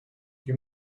you